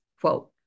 quote